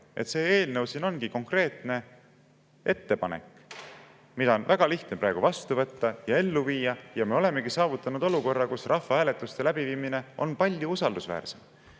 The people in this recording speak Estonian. See eelnõu siin ongi konkreetne ettepanek, mida on väga lihtne praegu vastu võtta ja ellu viia, ja me saavutaksimegi olukorra, kus rahvahääletuste läbiviimine oleks palju usaldusväärsem.